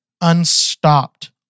unstopped